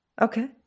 Okay